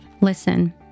Listen